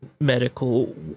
medical